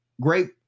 Great